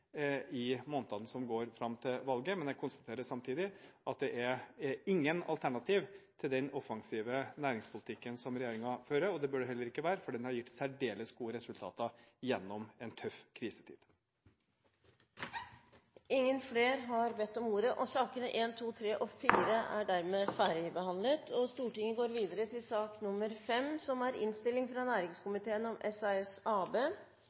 i månedene som kommer fram til valget. Samtidig konstaterer jeg at det finnes ingen alternativer til den offensive næringspolitikken som regjeringen fører, og det bør det heller ikke være, for den har gitt særdeles gode resultater gjennom en tøff krisetid. Flere har ikke bedt om ordet til sakene nr. 1, 2, 3 og 4. Etter ønske fra næringskomiteen vil presidenten foreslå at taletiden blir begrenset til